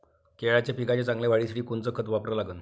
केळाच्या पिकाच्या चांगल्या वाढीसाठी कोनचं खत वापरा लागन?